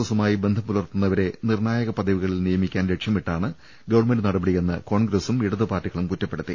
A സ്സുമായി ബന്ധം പുലർത്തുന്നവരെ നിർണ്ണായക പദവിക ളിൽ നിയമിക്കാൻ ലക്ഷ്യമിട്ടാണ് ഗവൺമെന്റ് നടപടിയെന്ന് കോൺഗ്രസ്സും ഇടതുപാർട്ടികളും കുറ്റപ്പെടുത്തി